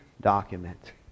document